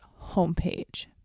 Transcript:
homepage